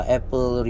Apple